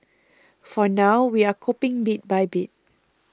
for now we're coping bit by bit